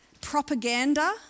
propaganda